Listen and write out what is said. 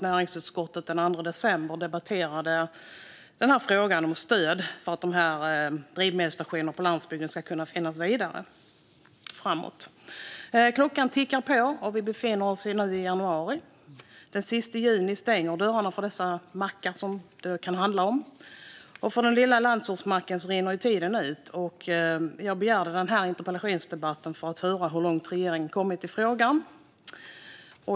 Näringsutskottet debatterade den 2 december frågan om stöd för att drivmedelsstationer på landsbygden ska kunna drivas vidare framöver. Klockan tickar. Vi befinner oss nu i januari. Den 30 juni stänger dörrarna för dessa mackar, och för den lilla landsortsmacken rinner tiden ut. Jag begärde den här interpellationsdebatten för att höra hur långt regeringen kommit i frågan.